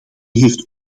heeft